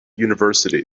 university